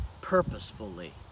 purposefully